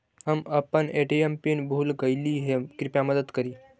हम अपन ATM pin भूल गईली हे, कृपया मदद करी